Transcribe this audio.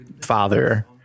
father